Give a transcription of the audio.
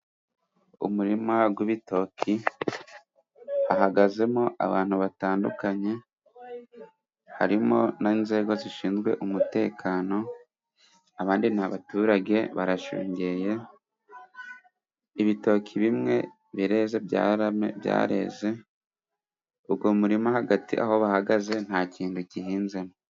Umurima w'ibitoki, hahagazemo abantu batandukanye, harimo n'inzego zishinzwe umutekano, abandi ni abaturage barashungeye, ibitoki bimwe byareze, uwo murima hagati aho bahagaze nta kintu gihinzemo.